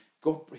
God